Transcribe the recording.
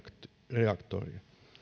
reaktoria